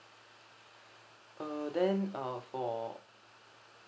uh then uh for